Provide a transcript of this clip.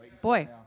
Boy